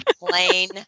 plain